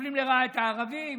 מפלים לרעה את הערבים,